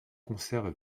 conserve